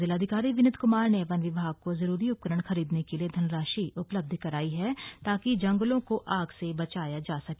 जिलाधिकारी विनीत कुमार ने वन विभाग को जरूरी उपकरण खरीदने के लिए धनराशि उपलब्ध कराई है ताकि जंगलों को आग से बचाया जा सके